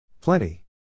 Plenty